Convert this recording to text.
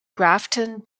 grafton